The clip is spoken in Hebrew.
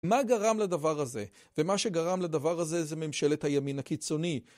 מה גרם לדבר הזה, ומה שגרם לדבר הזה זה ממשלת הימין הקיצוני.